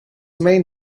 main